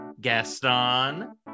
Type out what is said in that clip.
Gaston